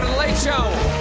late show.